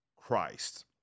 Christ